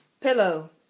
Pillow